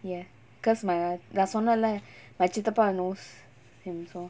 ya because my err நா சொன்னல:naa sonnala my சித்தப்பா:chitappa knows him so